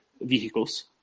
vehicles